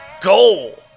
goal